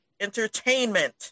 entertainment